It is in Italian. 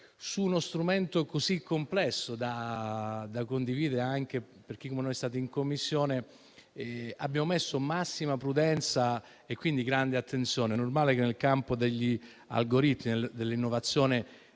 su uno strumento così complesso da condividere, anche per chi come noi è stato in Commissione, abbiamo messo massima prudenza e grande attenzione. È normale che nel campo degli algoritmi e dell'innovazione